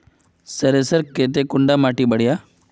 सरीसर केते कुंडा माटी बढ़िया?